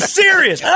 serious